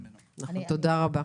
תודה רבה.